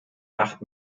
acht